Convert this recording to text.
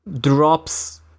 drops